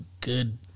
good